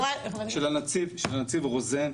--- של הנציג רוזן,